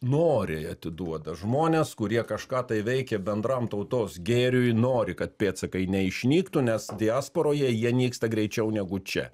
noriai atiduoda žmonės kurie kažką tai veikė bendram tautos gėriui nori kad pėdsakai neišnyktų nes diasporoje jie nyksta greičiau negu čia